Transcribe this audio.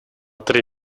три